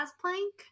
plank